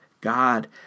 God